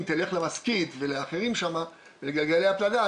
אם תלך למשכית ולגלגלי הפלדה,